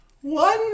One